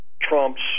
Trump's